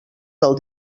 del